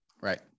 right